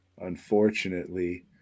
unfortunately